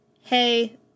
hey